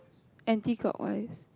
anti clockwise